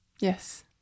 yes